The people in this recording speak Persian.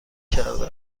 کرده